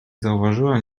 zauważyłem